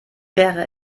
wäre